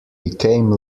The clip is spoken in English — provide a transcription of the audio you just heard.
became